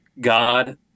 God